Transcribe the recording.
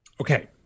Okay